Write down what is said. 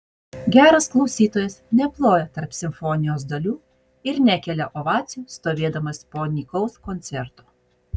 geras klausytojas neploja tarp simfonijos dalių ir nekelia ovacijų stovėdamas po nykaus koncerto